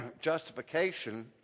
justification